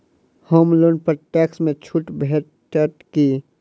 होम loan पर tax मे छुट भेटत की